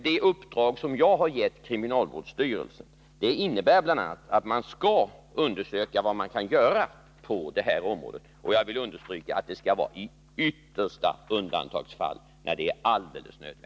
Det uppdrag som jag har givit kriminalvårdsstyrelsen innebär bl.a. att man skall undersöka vad man kan göra på det här området. Jag vill understryka att förvaring av barn i häkte skall förekomma endast i yttersta undantagsfall, när det är alldeles nödvändigt.